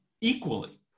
equally